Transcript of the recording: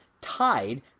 Tied